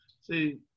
See